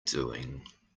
doing